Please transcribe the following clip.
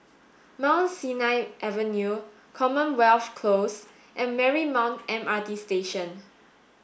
Mount Sinai Avenue Commonwealth Close and Marymount M R T Station